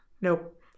Nope